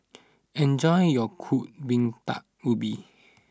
enjoy your Kuih Bingka Ubi